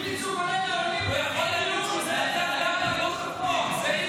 הוא יכול להגיד שהוא הסתדר, זה העניין.